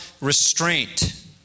restraint